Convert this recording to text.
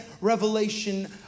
revelation